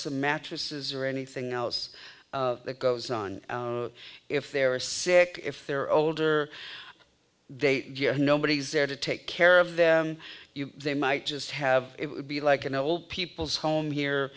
some mattresses or anything else that goes on if they are sick if they're older they are nobody's there to take care of them they might just have it would be like an old people's home here